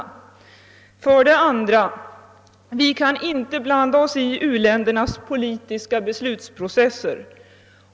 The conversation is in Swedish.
För det andra kan vi inte blanda oss i u-ländernas politiska beslutsprocesser.